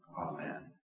Amen